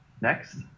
next